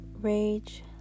rage